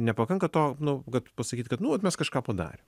nepakanka to nu kad pasakyt kad nu vat mes kažką padarėm